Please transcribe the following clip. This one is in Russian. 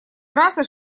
трассы